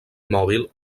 mòbil